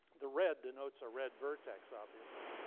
the red denotes a red vertex, obviously.